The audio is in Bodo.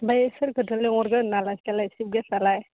ओमफ्राय सोरखौथ' लिंहरगोन आलासियालाय चिफ गेस्टआलाय